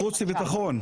חוץ וביטחון.